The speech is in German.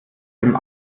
dem